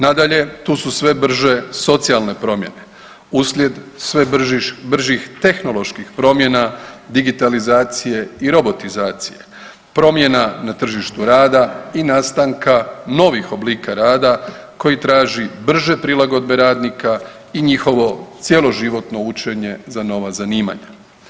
Nadalje, tu su sve brže socijalne promjene uslijed sve bržih tehnoloških promjena, digitalizacije i robotizacije, promjena na tržištu rada i nastanka novih oblika koji traži brže prilagodbe radnika i njihovo cjeloživotno učenje za nova zanimanja.